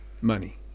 Money